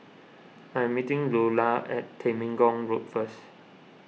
I am meeting Luella at Temenggong Road first